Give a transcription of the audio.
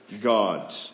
God